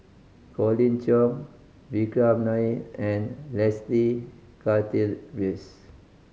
Colin Cheong Vikram Nair and Leslie Charteris